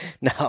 No